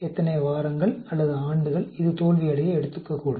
எத்தனை வாரங்கள் அல்லது ஆண்டுகள் இது தோல்வியடைய எடுத்துக்கக்கூடும்